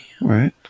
Right